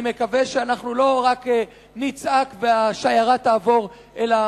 אני מקווה שאנחנו לא רק נצעק והשיירה תעבור, אלא